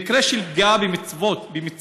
במקרה של פגיעה במצבות